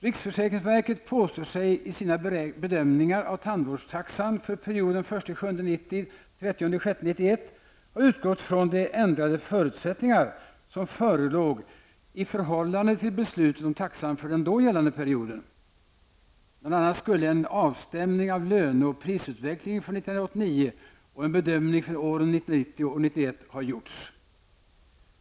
Riksförsäkringsverket påstår sig i sina bedömningar av tandvårdstaxan för perioden den 1 juli 1990--30 juni 1991 ha utgått från de ändrade förutsättningar som förelåg i förhållande till beslutet om taxan för den då gällande perioden. Bl.a. skulle en avstämning av löne och prisutvecklingen för 1989 och en bedömning för åren 1990 och 1991 ha gjorts.